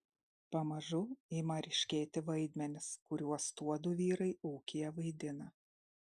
pamažu ima ryškėti vaidmenys kuriuos tuodu vyrai ūkyje vaidina